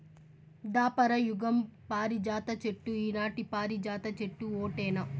దాపర యుగం పారిజాత చెట్టు ఈనాటి పారిజాత చెట్టు ఓటేనా